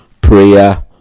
prayer